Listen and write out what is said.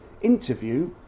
interview